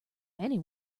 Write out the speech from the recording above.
many